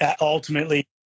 ultimately